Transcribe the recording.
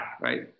right